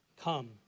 come